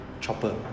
chopper